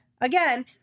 Again